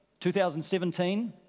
2017